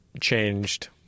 changed